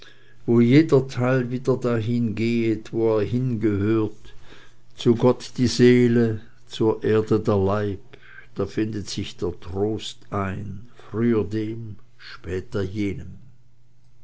wo jeder teil wieder dahin gehet wo er hingehöret zu gott die seele zur erde der leib da findet sich der trost ein früher dem später jenem